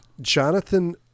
Jonathan